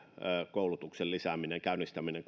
koulutuksen lisääminen ja käynnistäminen